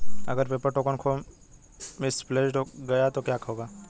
अगर paper token खो misplaced गया तो क्या होगा?